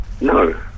No